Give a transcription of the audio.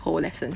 whole lesson